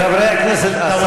חברי הכנסת.